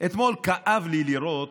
אתמול כאב לי לראות,